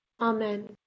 Amen